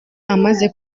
amaze